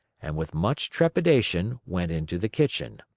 and with much trepidation went into the kitchen.